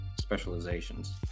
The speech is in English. specializations